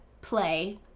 Play